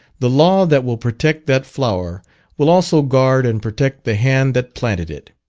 the law that will protect that flower will also guard and protect the hand that planted it.